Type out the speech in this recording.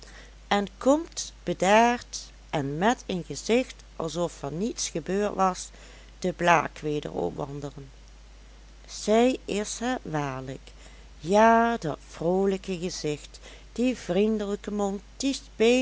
en komt bedaard en met een gezicht alsof er niets gebeurd was de blaak weder opwandelen zij is het waarlijk ja dat vroolijke gezicht die vriendelijke mond